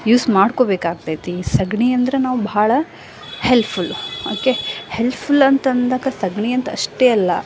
use ಮಾಡ್ಕೊಬೇಕು ಆಗ್ತೈತಿ ಸಗಣಿ ಅಂದ್ರೆ ನಾವು ಬಹಳ ಹೆಲ್ಪ್ಫುಲ್ ಓಕೆ ಹೆಲ್ಪ್ಫುಲ್ ಅಂತ ಅಂದಾಗ ಸಗಣಿ ಅಂತ ಅಷ್ಟೆ ಅಲ್ಲ